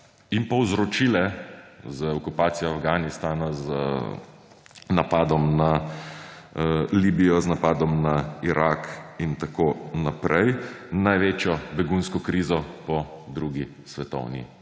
in povzročile z okupacijo Afganistana, z napadom na Libijo, z napadom na Irak in tako naprej največjo begunsko krizo po drugi svetovni